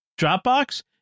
Dropbox